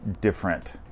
different